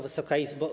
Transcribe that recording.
Wysoka Izbo!